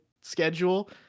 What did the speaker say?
schedule